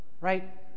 right